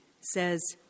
says